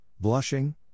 blushing